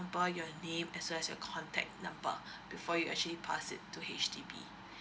number your name as well as your contact number before you actually pass it to H_D_B